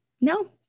no